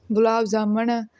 gulab jamun